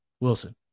Wilson